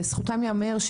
לזכותן ייאמר,